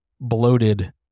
bloated